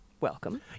Welcome